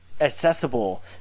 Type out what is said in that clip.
accessible